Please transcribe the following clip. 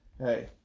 Hey